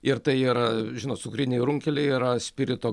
ir tai yra žinot cukriniai runkeliai yra spirito